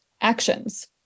actions